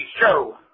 show